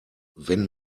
wenn